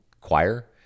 choir